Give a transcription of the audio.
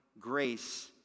Grace